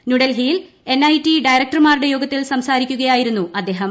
ന്യൂഡൽഹിയിൽ N I T ഡയറക്ടർമാരുടെ യോഗത്തിൽ സംസാരിക്കുകയായിരുന്നു അദ്ദേഹം